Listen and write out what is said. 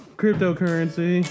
cryptocurrency